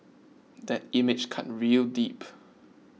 that image cut real deep